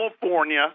California